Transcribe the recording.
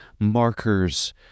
markers